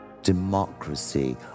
democracy